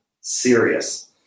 Serious